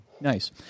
Nice